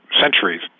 centuries